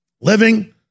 Living